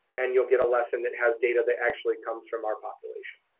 and you'll get a lesson that has data that actually comes from our population.